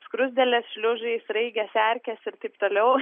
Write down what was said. skruzdėlės šliužai sraigės erkės ir taip toliau